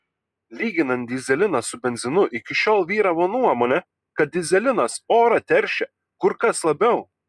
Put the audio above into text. lyginant dyzeliną su benzinu iki šiol vyravo nuomonė kad dyzelinas orą teršia kur kas labiau